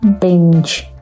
Binge